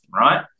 right